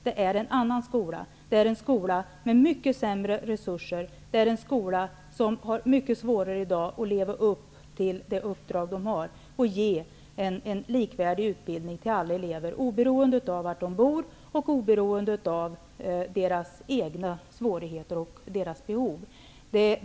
Vi har i dag en skola med mycket sämre resurser, en skola som har mycket svårare att leva upp till sitt uppdrag att ge en likvärdig utbildning till alla elever, oberoende av var de bor och oberoende av deras egna svårigheter och behov.